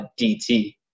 DT